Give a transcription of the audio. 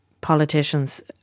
politicians